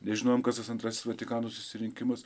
nežinojom kas tas antrasis vatikano susirinkimas